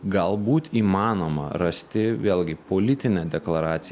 galbūt įmanoma rasti vėlgi politinę deklaraciją